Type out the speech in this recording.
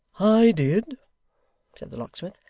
i did said the locksmith.